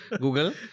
Google